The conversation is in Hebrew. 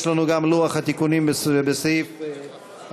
יש לנו גם את לוח התיקונים בסעיף 46(4),